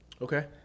Okay